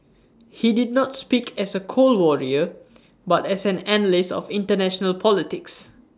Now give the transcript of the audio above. he did not speak as A cold Warrior but as an analyst of International politics